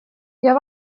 jag